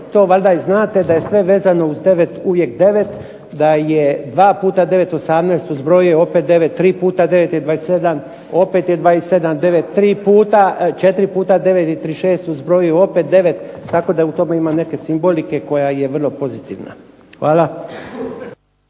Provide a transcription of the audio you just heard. to valjda i znate da je sve vezano uz 9 uvijek 9, da je dva puta devet 18 opet je 9 u zbroju, 3 puta 9 je 27 opet je 9, 4 puta 9 je 36 u zbroju opet 9, tako da u tome ima neke simbolike koja je vrlo pozitivna. Hvala.